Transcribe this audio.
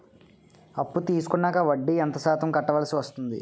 అప్పు తీసుకున్నాక వడ్డీ ఎంత శాతం కట్టవల్సి వస్తుంది?